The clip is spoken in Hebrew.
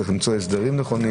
צריך למצוא הסדרים נכונים